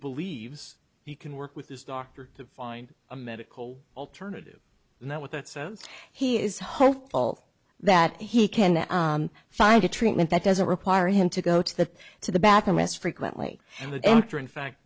believes he can work with his doctor to find a medical alternative and that what that says he is hopeful that he can find a treatment that doesn't require him to go to the to the back and less frequently and the doctor in fact